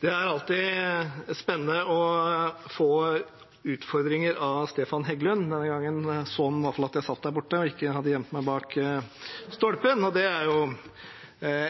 Det er alltid spennende å få utfordringer av Stefan Heggelund. Denne gangen så han i hvert fall at jeg satt der borte og ikke hadde gjemt meg bak stolpen – og det er jo